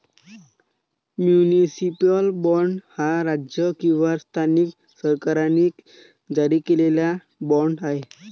municipal bond हा राज्य किंवा स्थानिक सरकारांनी जारी केलेला बाँड आहे